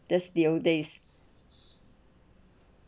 that's the old days